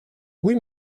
oui